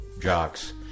jocks